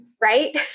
Right